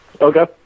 Okay